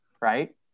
right